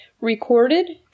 Recorded